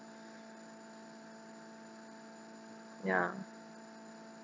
ya